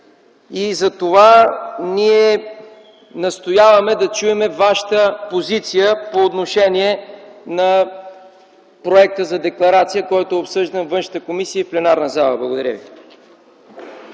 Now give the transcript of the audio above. Затова ние настояваме да чуем Вашата позиция по отношение на Проекта за декларация, който е обсъждан във Външната комисия и в пленарната зала. Благодаря ви.